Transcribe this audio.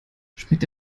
schmeckt